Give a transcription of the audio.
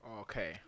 Okay